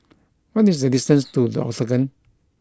what is the distance to The Octagon